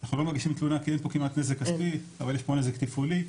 אנחנו לא מגישים תלונה כי אין פה כמעט נזק כספי אבל יש פה נזק תפעולי,